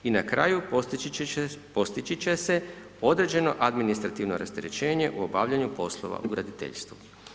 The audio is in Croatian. I na kraju, postići će se određeno administrativno rasterećenje u obavljanju poslova u graditeljstvu.